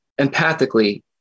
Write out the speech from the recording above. empathically